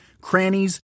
crannies